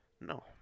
No